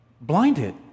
Blinded